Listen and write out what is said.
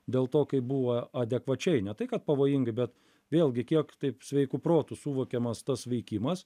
dėl to kaip buvo adekvačiai ne tai kad pavojingai bet vėlgi kiek taip sveiku protu suvokiamas tas veikimas